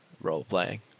role-playing